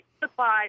supply